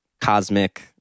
cosmic